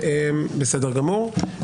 בסדר גמור.